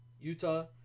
Utah